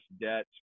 debt